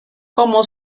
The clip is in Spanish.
como